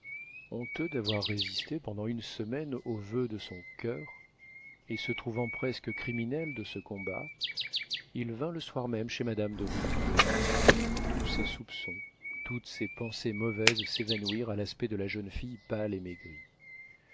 honteux d'avoir résisté pendant une semaine aux voeux de son coeur et se trouvant presque criminel de ce combat il vint le soir même chez madame de rouville tous ses soupçons toutes ses pensées mauvaises s'évanouirent à l'aspect de la jeune fille pâle et maigrie